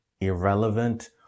irrelevant